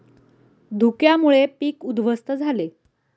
धुक्यामुळे पीक उध्वस्त झाले